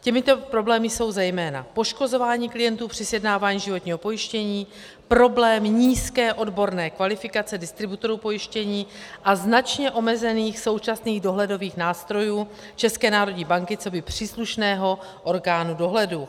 Těmito problémy jsou zejména poškozování klientů při sjednávání životního pojištění, problém nízké odborné kvalifikace distributorů pojištění a značně omezených současných dohledových nástrojů České národní banky coby příslušného orgánu dohledu.